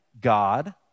God